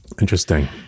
Interesting